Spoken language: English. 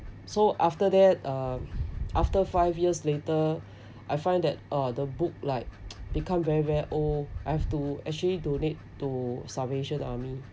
so after that uh after five years later I find that uh the book like become very very old I have to actually donate to salvation army